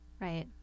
right